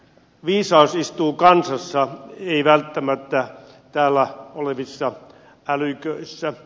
viisaus istuu kansassa ei välttämättä täällä olevissa älyköissä